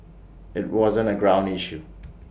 IT wasn't A ground issue